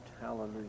Hallelujah